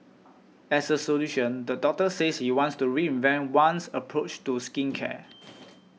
as a solution the doctor says you wants to reinvent one's approach to skincare